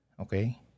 Okay